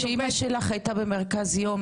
כשאמא שלך הייתה במרכז יום,